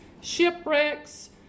shipwrecks